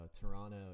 Toronto